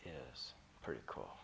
is pretty cool